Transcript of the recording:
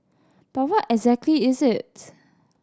but what exactly is its